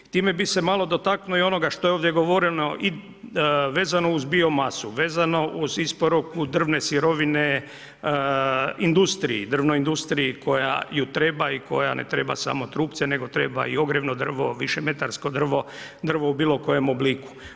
Time bi se malo dotaknuo i onoga što je ovdje govoreno i vezano uz bio masu, vezano uz isporuku drvne sirovine industriji, drvnoj industriji koja ju treba i koja ne treba samo trupce, nego treba i ogrjevno drvo, višemetarsko drvo, drvo u bilo kojem obliku.